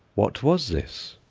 what was this?